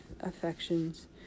affections